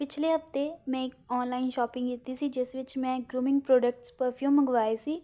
ਪਿਛਲੇ ਹਫਤੇ ਮੈਂ ਇੱਕ ਔਨਲਾਈਨ ਸ਼ੋਪਿੰਗ ਕੀਤੀ ਸੀ ਜਿਸ ਵਿੱਚ ਮੈਂ ਗਰੂਮਿੰਗ ਪ੍ਰੋਡਕਟਸ ਪਰਫਿਊਮ ਮੰਗਵਾਏ ਸੀ